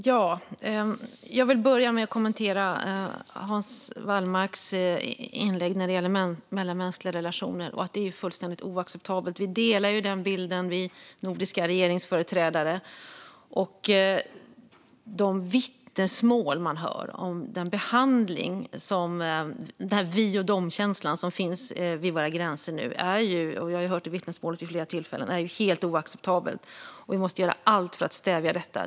Fru talman! Jag börjar med att kommentera Hans Wallmarks inlägg om det som gäller mellanmänskliga relationer. Vi nordiska regeringsföreträdare delar bilden av att det här är fullständigt oacceptabelt. De vittnesmål man hör om den behandling folk möts av - den vi-och-dom-känsla som nu finns vid våra gränser - är något helt oacceptabelt. Vi har hört dessa vittnesmål flera gånger. Vi måste göra allt för att stävja detta.